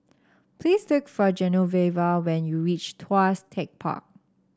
please look for Genoveva when you reach Tuas Tech Park